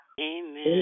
Amen